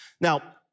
Now